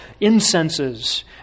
incenses